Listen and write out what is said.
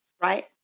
right